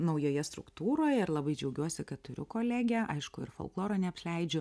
naujoje struktūroje ir labai džiaugiuosi kad turiu kolegę aišku ir folkloro neapleidžiu